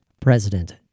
president